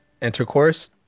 intercourse